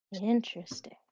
Interesting